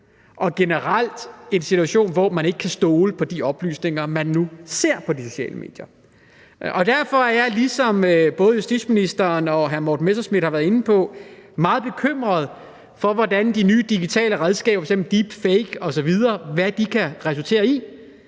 der generelt er en situation, hvor man ikke kan stole på de oplysninger, man ser på de sociale medier. Derfor er jeg, ligesom både justitsministeren og hr. Morten Messerschmidt, meget bekymret for, hvad de nye digitale redskaber, f.eks. deepfake osv., kan resultere i.